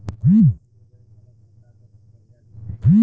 हमार zero balance वाला खाता बा त कर्जा मिल जायी?